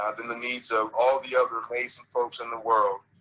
ah than the needs of all the other amazing folks in the world.